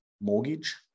mortgage